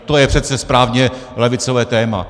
To je přece správně levicové téma.